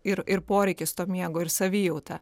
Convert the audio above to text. ir ir poreikis to miego ir savijauta